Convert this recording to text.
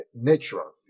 natural